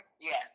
Yes